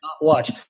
watch